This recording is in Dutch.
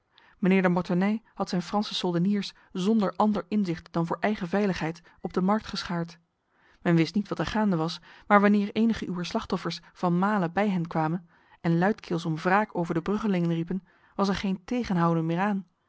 mijnheer de mortenay had zijn franse soldeniers zonder ander inzicht dan voor eigen veiligheid op de markt geschaard men wist niet wat er gaande was maar wanneer enige uwer slachtoffers van male bij hen kwamen en luidkeels om wraak over de bruggelingen riepen was er geen tegenhouden meer aan